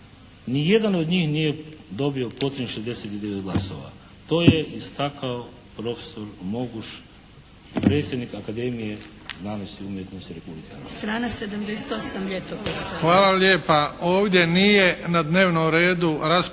Ni jedan od njih nije dobio potrebnih 69 glasova. To je istakao profesor Moguš, predsjednik Akademije znanosti i umjetnosti Republike Hrvatske **Bebić, Luka (HDZ)** Hvala lijepa. Ovdje nije na dnevnom redu rasprava